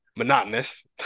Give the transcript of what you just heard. monotonous